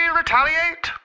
retaliate